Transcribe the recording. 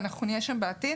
ואנחנו נהיה שם בעתיד,